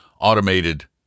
automated